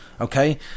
Okay